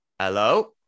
hello